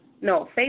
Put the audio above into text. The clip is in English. no